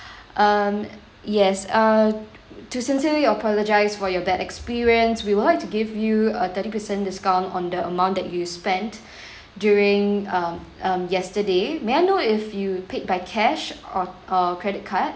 um yes uh to sincerely apologize for your bad experience we would likw to give you a thirty percent discount on the amount that you spent during um um yesterday may I know if you paid by cash or or credit card